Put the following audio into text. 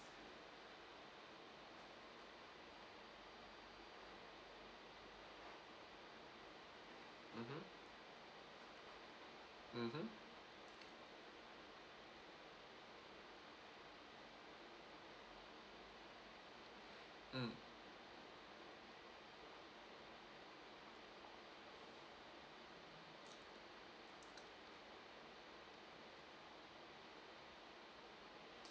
mmhmm mmhmm mm